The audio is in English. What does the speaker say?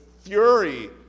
fury